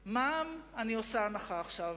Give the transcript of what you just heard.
מע"מ, אני עושה הנחה עכשיו,